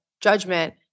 judgment